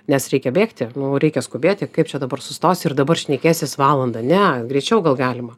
nes reikia bėgti nu reikia skubėti kaip čia dabar sustosi ir dabar šnekėsies valandą ne greičiau gal galima